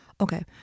Okay